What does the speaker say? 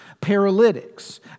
paralytics